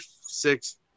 six